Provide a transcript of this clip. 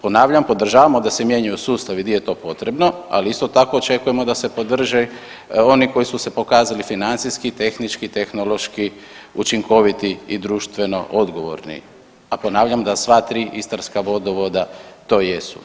Ponavljam, podržavamo da se mijenjaju sustavi di je to potrebno, ali isto tako očekujemo da se podrže oni koji su se pokazali financijski, tehnički, tehnološki učinkoviti i društveno odgovorni, a ponavljam da sva 3 istarska vodovoda to jesu.